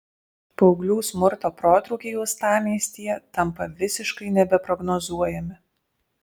paauglių smurto protrūkiai uostamiestyje tampa visiškai nebeprognozuojami